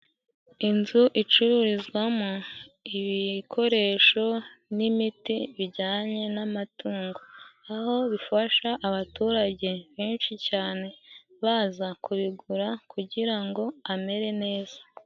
Inzu icururizwamo ibikoresho n'imiti bijyanye n'amatungo. Aho bifasha abaturage benshi cyane baza kubigura kugira ngo amere neza.